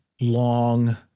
long